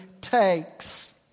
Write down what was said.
takes